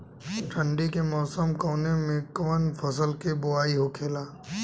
ठंडी के मौसम कवने मेंकवन फसल के बोवाई होखेला?